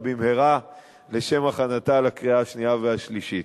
במהרה לשם הכנתה לקריאה השנייה והשלישית.